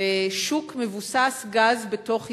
שוק מבוסס-גז בתוך ישראל.